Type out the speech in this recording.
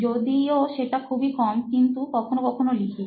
যদিও সেটা খুবই কম কিন্তু কখনো কখনো লিখি